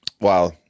Wow